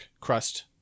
crust